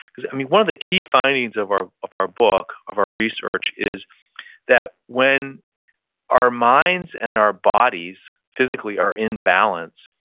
and one of the key findings of our of our book, of our research is that when our minds and our bodies physically are in balance,